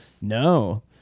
no